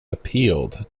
appealed